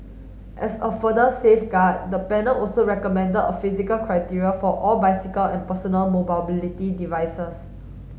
as a further safeguard the panel also recommended a physical criteria for all bicycle and personal mobility devices